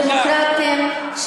דמוקרטים,